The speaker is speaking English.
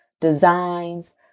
designs